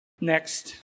Next